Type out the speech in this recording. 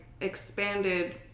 expanded